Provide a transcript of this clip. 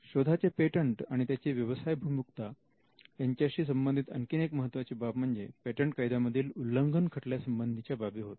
शोधाचे पेटंट आणि त्याची व्यवसायभिमुखता यांच्याशी संबंधित आणखी एक महत्त्वाची बाब म्हणजे पेटंट कायद्यामधील उल्लंघन खटल्या संबंधीच्या बाबी होत